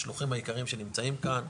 השלוחים העיקריים שנמצאים כאן,